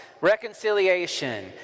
reconciliation